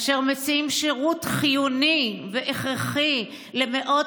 אשר מציעים שירות חיוני והכרחי למאות